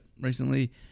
recently